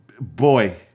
Boy